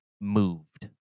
moved